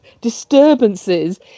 disturbances